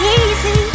easy